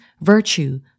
virtue